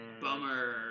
Bummer